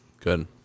Good